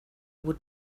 would